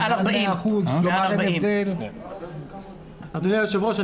מעל 40%. אדוני היושב-ראש,